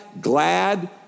glad